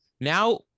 Now